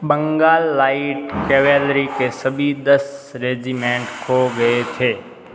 Bengal light cavalry के सभी दस रेजिमेंट खो गए थे